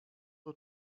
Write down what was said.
ale